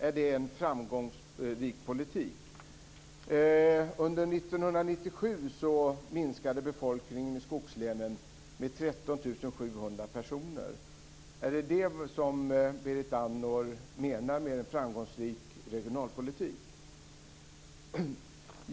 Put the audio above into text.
Är det en framgångsrik politik? Under 13 700 personer. Är det vad Berit Andnor menar med en framgångsrik regionalpolitik?